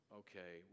okay